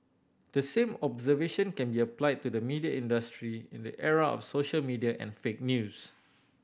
the same observation can be applied to the media industry in the era of social media and fake news